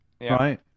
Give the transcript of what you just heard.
right